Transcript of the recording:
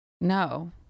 No